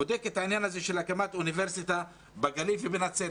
בודק את העניין של הקמת אוניברסיטה בגליל ובנצרת.